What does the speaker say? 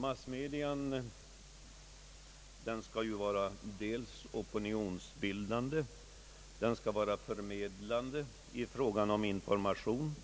Massmedia skall ju vara dels opinionsbildande, dels förmedlande i fråga om information,